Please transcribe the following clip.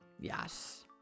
Yes